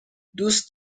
دوست